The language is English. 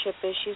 issues